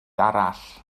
arall